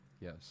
Yes